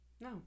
No